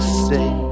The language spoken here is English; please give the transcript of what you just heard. stay